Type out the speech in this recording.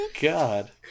God